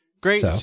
great